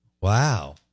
Wow